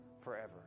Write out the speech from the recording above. forever